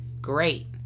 great